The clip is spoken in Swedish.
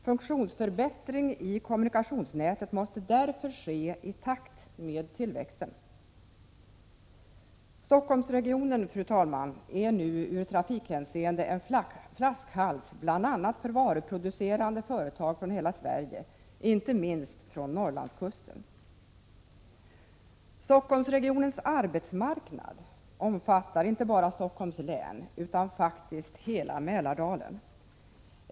Funktionsförbättring i kommunikationsnätet måste därför ske i takt med 79 tillväxten. Stockholmsregionen är, fru talman, nu i trafikhänseende en flaskhals bl.a. för varuproducerande företag från hela Sverige, inte minst från Norrlandskusten. Stockholmsregionens arbetsmarknad omfattar inte bara Stockholms län utan faktiskt hela Mälardalen.